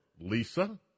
Lisa